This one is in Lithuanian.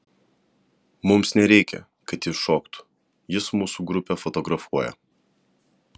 mums nereikia kad jis šoktų jis mūsų grupę fotografuoja